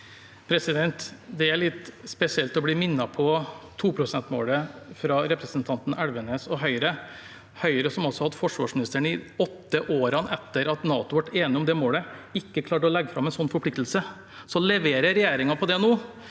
Det er litt spesielt å bli minnet på 2-prosentmålet av representanten Elvenes og Høyre – Høyre, som altså hadde forsvarsministeren i de åtte årene etter at NATO ble enig om det målet, og som ikke klarte å legge fram en slik forpliktelse. Nå leverer regjeringen på det.